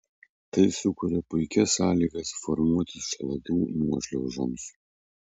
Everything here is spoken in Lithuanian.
tai sukuria puikias sąlygas formuotis šlaitų nuošliaužoms